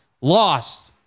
lost